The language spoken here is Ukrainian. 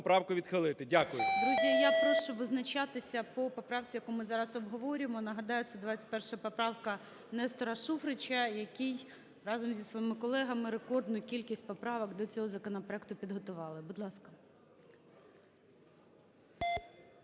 Друзі, я прошу визначатися по правці, яку ми зараз обговорюємо. Нагадаю, це 21 поправка Нестора Шуфрича, який разом зі своїми колегами рекордну кількість поправок до цього законопроекту підготували. Будь ласка.